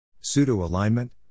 Pseudo-alignment